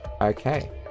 Okay